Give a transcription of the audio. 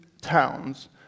towns